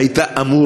היית אמור,